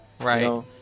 Right